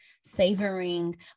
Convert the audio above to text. savoring